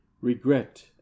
regret